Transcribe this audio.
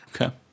Okay